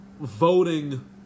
voting